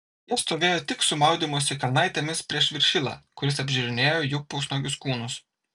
jie stovėjo tik su maudymosi kelnaitėmis prieš viršilą kuris apžiūrinėjo jų pusnuogius kūnus